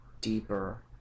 deeper